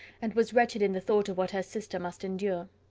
and was wretched in the thought of what her sister must endure.